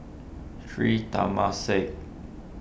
Sri Temasek